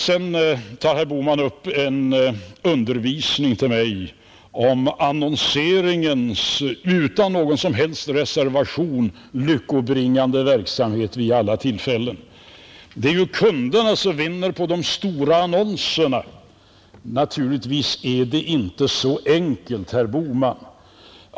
Sedan ville herr Bohman undervisa mig om annonseringens utan någon som helst reservation lyckobringande verksamhet vid alla tillfällen och säger, att det är kunderna som vinner på de stora annonserna, Naturligtvis är det inte så enkelt, herr Bohman!